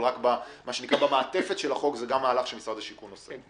אבל במעטפת החוק זה גם מהלך שמשרד השיכון עושה.